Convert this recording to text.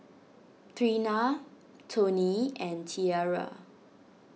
Treena Toney and Tierra